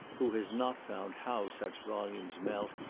who has not found how such volumes melt,